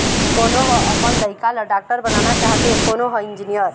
कोनो ह अपन लइका ल डॉक्टर बनाना चाहथे, कोनो ह इंजीनियर